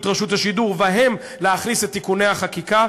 רשות השידור ובהם להכניס את תיקוני החקיקה.